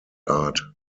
art